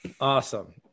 Awesome